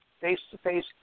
face-to-face